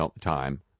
time